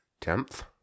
Tenth